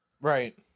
Right